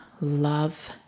love